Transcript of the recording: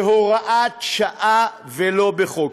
בהוראת שעה, ולא בחוק.